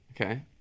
Okay